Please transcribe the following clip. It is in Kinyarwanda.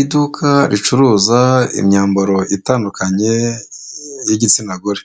Iduka ricuruza imyambaro itandukanye y'igitsina gore,